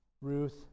Ruth